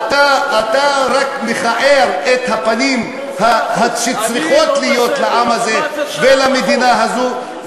אתה רק מכער את הפנים שצריכות להיות לעם הזה ולמדינה הזאת,